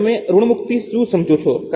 હવે તમે ઋણમુક્તિથી શું સમજો છો